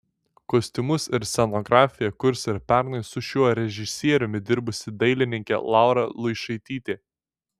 kostiumus ir scenografiją kurs ir pernai su šiuo režisieriumi dirbusi dailininkė laura luišaitytė